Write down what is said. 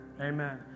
Amen